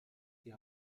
die